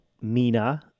Mina